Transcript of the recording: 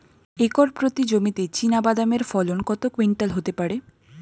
Acre প্রতি জমিতে চীনাবাদাম এর ফলন কত কুইন্টাল হতে পারে?